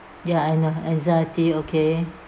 ya I know anxiety okay